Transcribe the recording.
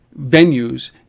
venues